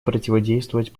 противодействовать